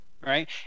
right